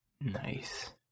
Nice